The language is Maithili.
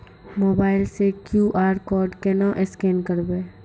मोबाइल से क्यू.आर कोड केना स्कैन करबै?